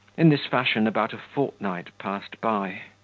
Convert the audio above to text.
in this fashion about a fortnight passed by.